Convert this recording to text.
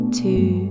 two